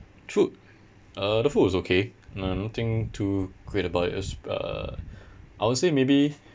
through uh the food was okay uh nothing too great about it it was uh I would say maybe